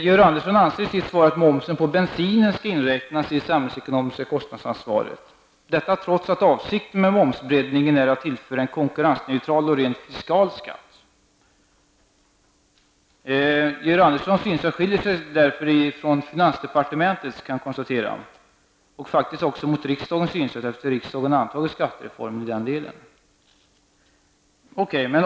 Georg Andersson säger i sitt svar att momsen på bensinen skall inräknas i det samhällsekonomiska kostnadsansvaret, detta trots att avsikten med momsbreddningen är att införa en konkurrensneutral och rent fiskal skatt. Jag konstaterar att Georg Anderssons synsätt skiljer sig från finansdepartementets och faktiskt också från riksdagens synsätt, eftersom riksdagen har antagit skattereformen i denna del.